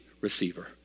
receiver